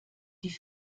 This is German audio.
die